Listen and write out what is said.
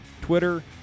Twitter